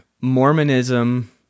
Mormonism